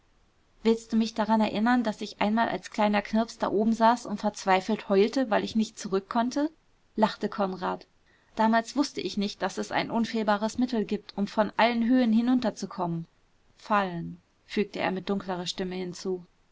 willst du mich daran erinnern daß ich einmal als kleiner knirps da oben saß und verzweifelt heulte weil ich nicht zurück konnte lachte konrad damals wußte ich nicht daß es ein unfehlbares mittel gibt um von allen höhen hinunterzukommen fallen fügte er mit dunklerer stimme hinzu